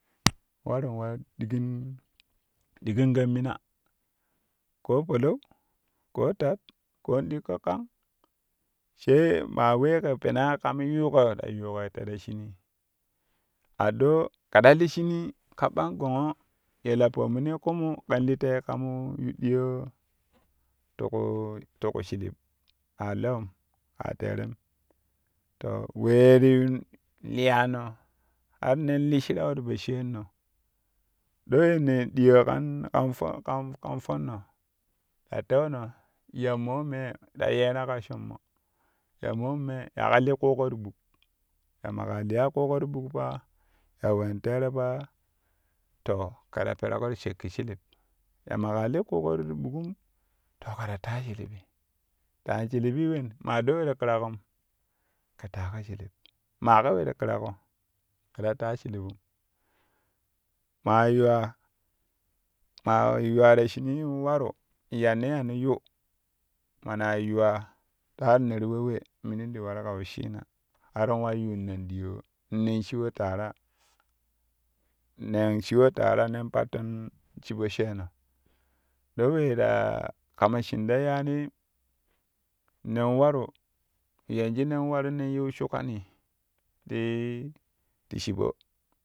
Waru wa ɗidinkɛn mina koo palau koo tat koo in dukko kang sai maa we kɛ penna ka mo yuuƙo ta yuuƙoi te ta shinii a ɗo kɛ ta li shinii ka ɓong gongho ye la pemuni ƙumu kɛn li tei kamo yu ɗiyoo ti ƙu ti ku shilib a lewom kaa teerem to wee ti liyani har nen li shirau ti po shaanno ɗo we ne diyo kan kam fonno ta teuno ya mo me ta yeeno ka shommo ya moo mee yaƙo li ƙuƙo ti ɓuk ya maƙe liyan ƙuƙo ti ɓuk pa ya wen teere pa to kɛ ta pereƙo ti shakki shilib ya maƙa li ƙuƙo ti ɓukum to kɛ ta taa shilib taa shilibi wen maa ɗoo we ti ƙina ƙom maa ka we ti ƙiraƙo kɛ ta tashilibum maa yuwaa maa yuwa ta shinii in waru ye ne yano yu mana yuwa taan ne ti ya we minin ti waru ka wesshina har wa yuunen ɗiyoo nen shiwo taara nen shiwo taara nen patton shiɓo sheeno ɗoo wee ta kama shin la yaani nen waru yenju nen waru nen yiu shukani ti ti shiɓo.